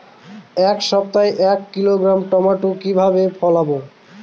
এক সপ্তাহে এক কিলোগ্রাম টমেটো কিভাবে ফলাবো?